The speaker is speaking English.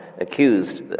accused